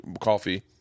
coffee